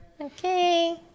Okay